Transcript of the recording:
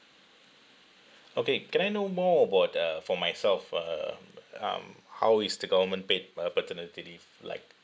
okay can I know more about uh for myself um um how is the government paid uh paternity leave like